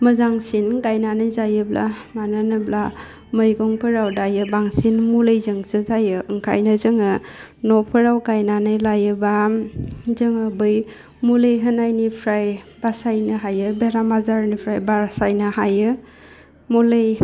मोजांसिन गायनानै जायोब्ला मानो होनोब्ला मैगंफोराव दायो बांसिन मुलिजोंसो जायो ओंखायनो जोङो न'फोराव गायनानै लायोबाम जोङो बै मुलि होनायनिफ्राय बासायनो हायो बेराम आजारनिफ्राय बारसयानो हायो मुलै